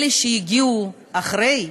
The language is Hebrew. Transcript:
אלה שהגיעו אחרי,